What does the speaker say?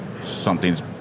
something's